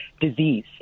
disease